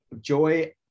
Joy